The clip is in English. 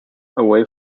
away